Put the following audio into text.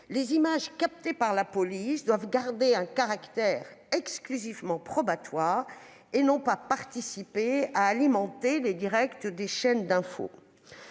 Les images captées par la police doivent garder un caractère exclusivement probatoire et non participer à l'alimentation des directs des chaînes d'info.